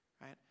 right